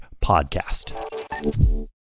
podcast